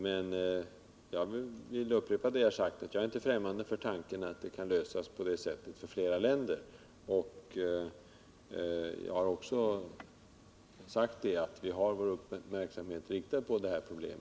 Men jag vill upprepa att jag inte är främmande för tanken att problemet kan lösas på detta sätt för fler länder. Jag har också sagt att vi inom regeringskansliet har vår uppmärksamhet riktad på detta problem.